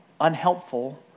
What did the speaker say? unhelpful